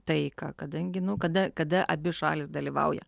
taiką kadangi nu kada kada abi šalys dalyvauja